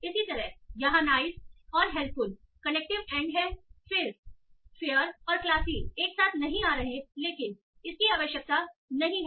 इसी तरह यहाँ नाइस और हेल्पफुल कनेक्टिव एंड है फेयर और क्लासी एक साथ नहीं आ रहे लेकिन इसकी आवश्यकता नहीं है